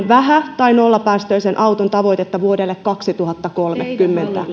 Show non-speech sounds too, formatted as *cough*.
*unintelligible* vähä tai nollapäästöisen auton tavoitetta vuodelle kaksituhattakolmekymmentä *unintelligible*